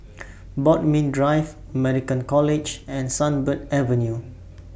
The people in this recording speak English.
Bodmin Drive American College and Sunbird Avenue